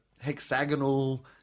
hexagonal